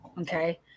okay